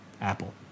Apple